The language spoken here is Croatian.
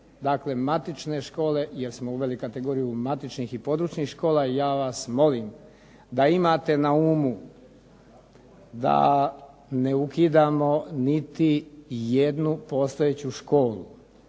Dakle, matične škole jer smo uveli kategoriju matičnih i područnih škola i ja vas molim da imate na umu, da ne ukidamo niti jednu postojeću školu.